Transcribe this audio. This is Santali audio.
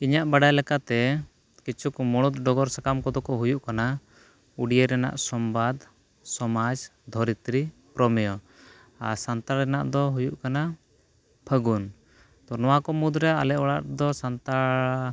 ᱤᱧᱟᱹᱜ ᱵᱟᱰᱟᱭ ᱞᱮᱠᱟᱛᱮ ᱠᱤᱪᱷᱩᱠ ᱢᱩᱬᱩᱫ ᱰᱚᱜᱚᱨ ᱥᱟᱛᱟᱢ ᱠᱚᱫᱚ ᱠᱚ ᱦᱩᱭᱩᱜ ᱠᱟᱱᱟ ᱳᱰᱤᱭᱟ ᱨᱮᱱᱟᱜ ᱥᱚᱢᱵᱟᱫᱽ ᱥᱚᱢᱟᱡᱽ ᱫᱷᱚᱨᱤᱛᱨᱤ ᱨᱳᱢᱤᱭᱳ ᱟᱨ ᱥᱟᱱᱛᱟᱲᱤ ᱨᱮᱱᱟᱜ ᱫᱚ ᱦᱩᱭᱩᱜ ᱠᱟᱱᱟ ᱯᱷᱟᱹᱜᱩᱱ ᱱᱚᱣᱟ ᱠᱚ ᱢᱩᱫᱽᱨᱮ ᱟᱞᱮ ᱚᱲᱟᱜ ᱨᱮᱫᱚ ᱥᱟᱱᱛᱟᱲ